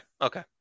okay